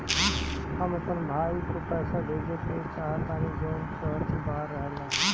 हम अपन भाई को पैसा भेजे के चाहतानी जौन शहर से बाहर रहेला